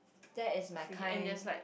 that is my kind